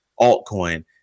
altcoin